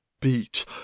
beat